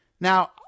Now